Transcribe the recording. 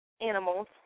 animals